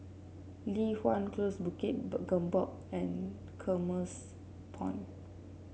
Li Hwan Close Bukit Gombak and Commerce Point